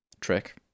trick